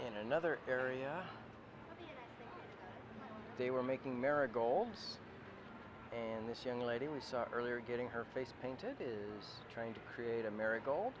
in another area they were making marigolds and this young lady we saw earlier getting her face painted is trying to create amer